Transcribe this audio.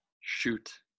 Shoot